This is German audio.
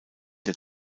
der